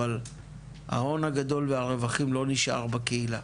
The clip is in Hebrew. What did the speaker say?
אבל ההון הגדול והרווחים לא נשארים בקהילה.